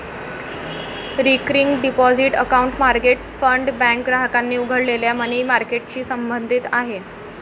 recurring deposit account market fund bank ग्राहकांनी उघडलेल्या money मार्केटशी संबंधित आहे